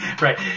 right